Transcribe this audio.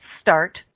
Start